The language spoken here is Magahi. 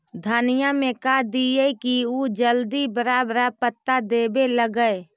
धनिया में का दियै कि उ जल्दी बड़ा बड़ा पता देवे लगै?